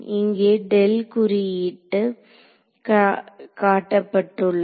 இங்கே குறியிட்டு காட்டப்பட்டுள்ளது